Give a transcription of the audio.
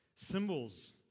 Symbols